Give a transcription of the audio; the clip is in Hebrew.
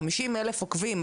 50 אלף עוקבים,